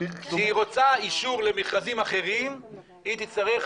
כשהיא רוצה אישור למכרזים אחרים היא תצטרך